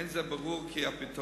אין זה ברור כי הפתרון